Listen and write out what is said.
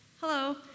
Hello